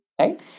right